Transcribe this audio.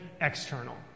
external